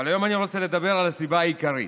אבל היום אני רוצה לדבר על הסיבה העיקרית.